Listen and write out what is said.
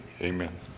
Amen